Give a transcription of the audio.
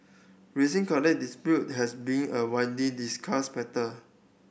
rising college has been a widely discussed matter